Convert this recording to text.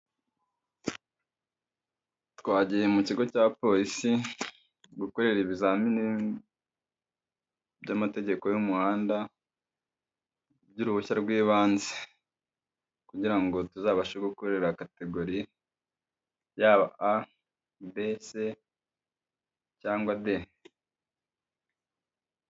Twagiye mu kigo cya polisi gu gukorera ibizamini by'amategeko y'umuhanda by'uruhushya rw'ibanze, kugirango tuzabashe gukorera kategori yaba a, b, c, cyangwa d.